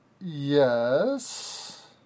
Yes